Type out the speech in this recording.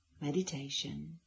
meditation